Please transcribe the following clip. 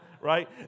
right